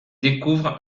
découvre